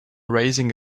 raising